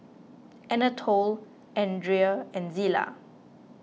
Anatole andria and Zillah